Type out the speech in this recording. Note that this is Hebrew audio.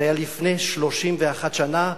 זה היה לפני 31 שנה.